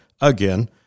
Again